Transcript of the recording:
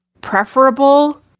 preferable